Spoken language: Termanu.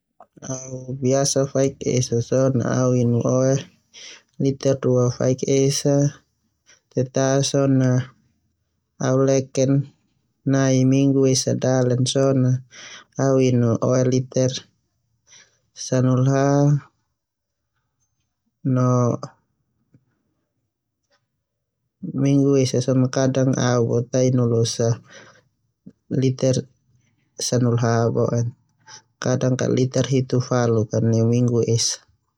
Au biasa faik esa sona au inu inu oe liter dua, leken. Nai minggu esa dalek so na au inu oe lliter sanahulu ha neu minggu esa tehu kadang so na ta losa. Kada liter hitu falu beu mingggu esa.